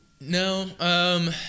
no